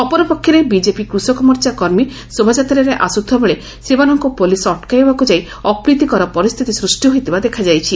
ଅପରପକ୍ଷରେ ବିଜେପି କୃଷକ ମୋର୍ଚ୍ଚା କର୍ମୀ ଶୋଭାଯାତ୍ରାରେ ଆସୁଥିବା ବେଳେ ସେମାନଙ୍କୁ ପୋଲିସ୍ ଅଟକାଇବାକୁ ଯାଇ ଅପ୍ରୀତିକର ପରିସ୍ଥିତି ସୃଷି ହୋଇଥିବା ଦେଖାଯାଇଛି